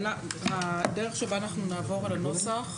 הדרך שבה אנחנו נעבור על הנוסח,